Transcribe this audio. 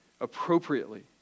appropriately